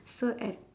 so at